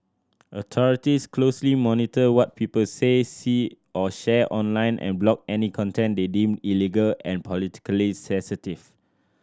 authorities closely monitor what people say see or share online and block any content they deem illegal or politically sensitive